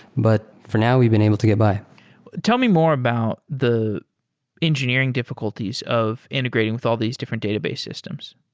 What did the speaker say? but for now, we've been able to get by tell me more about the engineering difficulties of integrating with all these different database systems